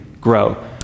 grow